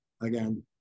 again